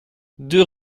deux